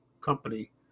company